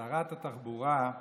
שרת התחבורה,